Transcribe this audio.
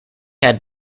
had